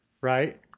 right